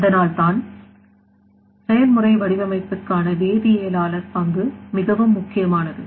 அதனால்தான் செயல்முறை வடிவமைப்புக்கான வேதியியலாளர் பங்கு மிகவும் முக்கியமானது